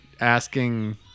asking